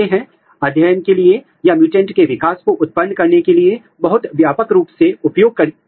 आपको T 3 promoter और T 3 RNA polymerase का उपयोग करना होगा